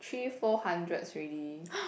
three four hundreds ready